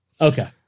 Okay